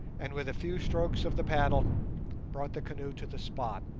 and with a few strokes of the paddle brought the canoe to the spot,